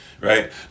Right